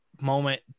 moment